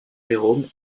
jérôme